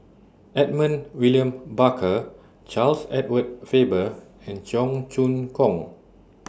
Edmund William Barker Charles Edward Faber and Cheong Choong Kong